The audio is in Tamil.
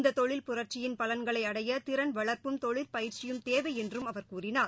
இந்ததொழில் புரட்சியின் பலன்களைஅடையதிறன் வளர்ப்பும் தொழில் பயிற்சியும் தேவைஎன்றும் அவர் கூறினார்